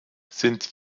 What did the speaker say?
sind